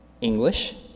English